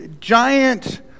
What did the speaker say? giant